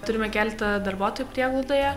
turime keletą darbuotojų prieglaudoje